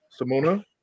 Simona